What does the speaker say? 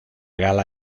gala